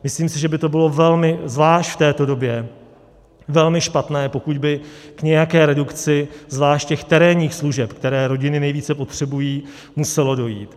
Myslím si, že by to bylo velmi, zvlášť v této době, velmi špatné, pokud by k nějaké redukci zvláště terénních služeb, které rodiny nejvíce potřebují, muselo dojít.